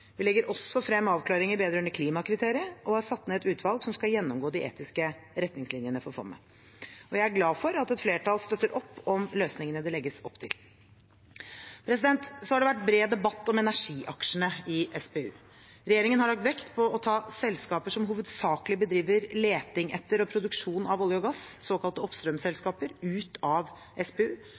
Vi legger også frem avklaringer vedrørende klimakriteriet og har satt ned et utvalg som skal gjennomgå de etiske retningslinjene for fondet. Jeg er glad for at et flertall støtter opp om løsningene det legges opp til. Det har vært bred debatt om energiaksjene i SPU. Regjeringen har lagt vekt på at det å ta selskaper som hovedsakelig bedriver leting etter og produksjon av olje og gass – såkalte oppstrømsselskaper – ut av SPU,